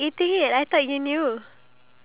yeah true